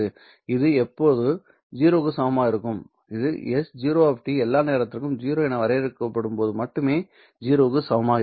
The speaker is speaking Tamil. இது எப்போது 0 க்கு சமமாக இருக்கும் இது s 0 எல்லா நேரத்திற்கும் 0 என வரையறுக்கப்படும் போது மட்டுமே 0 க்கு சமமாக இருக்கும்